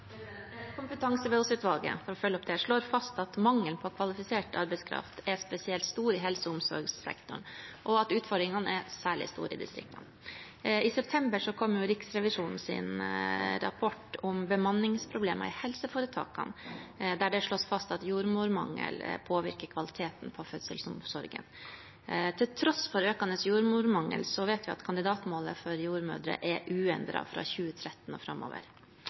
for å følge opp det, slår fast at mangelen på kvalifisert arbeidskraft er spesielt stor i helse- og omsorgssektoren, og at utfordringene er særlig store i distriktene. I september kom Riksrevisjonens rapport om bemanningsproblemer i helseforetakene, der det slås fast at jordmormangel påvirker kvaliteten i fødselsomsorgen. Til tross for økende jordmormangel vet vi at kandidatmålet for jordmødre er uendret fra 2013 og framover.